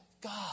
God